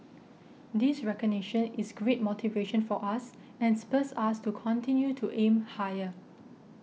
this recognition is great motivation for us and spurs us to continue to aim higher